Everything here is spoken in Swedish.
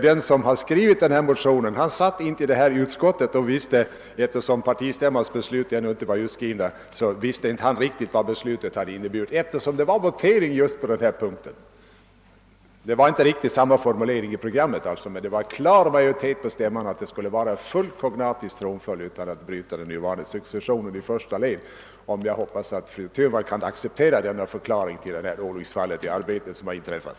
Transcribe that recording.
Den som skrev denna motion satt inte med i utskottet och visste därför inte riktigt — eftersom votering företogs just på denna punkt och partistämmans beslut inte hade utskrivits — vad förslaget innebar. Det var inte riktigt samma formulering i programmet, men på stämman rådde klar majoritet för att det skulle bli full kognatisk tronföljd utan att bryta den nuvarande successionen i första led. Jag hoppas att fru Thunvall vill acceptera denna förklaring till det olycksfall i arbetet som inträffat.